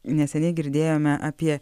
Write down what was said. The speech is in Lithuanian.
neseniai girdėjome apie